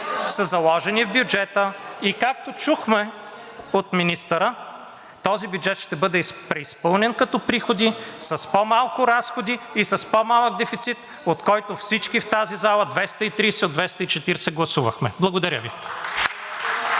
са заложени в бюджета и както чухме от министъра, този бюджет ще бъде преизпълнен като приходи, с по-малко разходи и с по-малък дефицит, от който всички в тази зала – 230 от 240, гласувахме. Благодаря Ви.